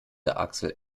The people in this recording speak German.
axel